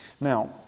Now